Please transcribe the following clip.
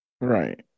Right